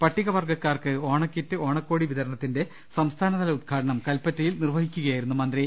പട്ടികവർഗ്ഗക്കാർക്ക് ഓണക്കിറ്റ് ഓണക്കോടി വിതരണ ത്തിന്റെ സംസ്ഥാനതല ഉദ്ഘാടനം കൽപ്പറ്റയിൽ നിർവ്വഹി ക്കുകയായിരുന്നു മന്ത്രി